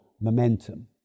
momentum